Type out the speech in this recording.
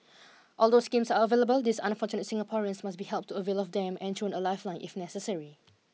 although schemes are available these unfortunate Singaporeans must be helped to avail of them and thrown a lifeline if necessary